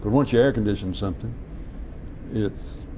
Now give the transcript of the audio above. once you air condition something it's,